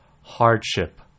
hardship